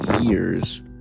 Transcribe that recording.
years